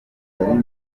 bari